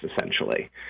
essentially